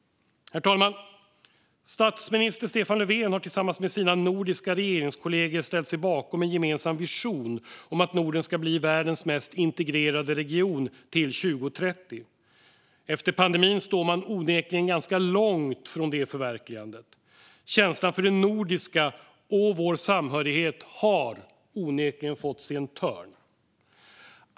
Herr talman! Statsminister Stefan Löfven har tillsammans med sina nordiska regeringskollegor ställt sig bakom en gemensam vision om att Norden ska bli världens mest integrerade region till 2030. Efter pandemin står man onekligen ganska långt från det förverkligandet. Känslan för det nordiska och vår samhörighet har fått sig en törn.